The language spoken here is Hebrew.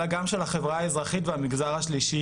אלא גם של החברה האזרחית והמגזר השלישי,